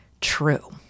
true